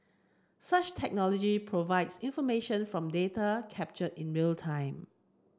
such technology provides information from data captured in real time